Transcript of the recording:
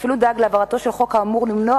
ואפילו דאג להעברתו של החוק האמור למנוע